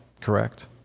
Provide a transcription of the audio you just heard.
correct